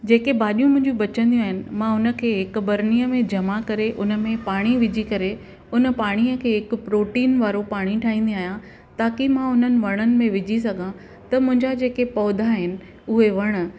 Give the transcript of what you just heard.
जे के भाॼीयूं मुंहिंजी बचदिंयूं आहिनि मां हुनखे हिक बरनी में जमा करे हुनमें पाणी विझी करे हुन पाणीअ खें हिकु प्रोटीन वारो पाणी ठाईंदी आहियां ताकी मां हुननि वणनि में विझी सघां त मुंहिंजा जेके पौधा आहिनि उहे वणु